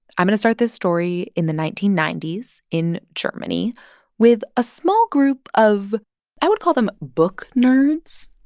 i'm going to start this story in the nineteen ninety s in germany with a small group of i would call them book nerds.